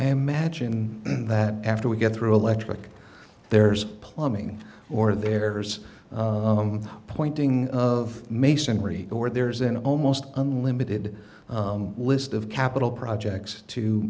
i imagine that after we get through electric there's plumbing or there's the pointing of masonry or there's an almost unlimited list of capital projects to